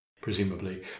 presumably